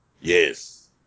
Yes